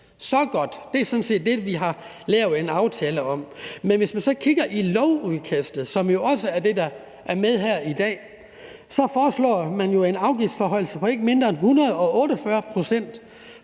Godt, det er sådan set det, vi har lavet en aftale om. Men hvis vi så kigger i lovudkastet, som jo også er med her i dag, så foreslår man en afgiftsforhøjelse på ikke mindre end 148 pct.